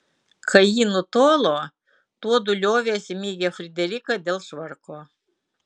kai ji nutolo tuodu liovėsi mygę frideriką dėl švarko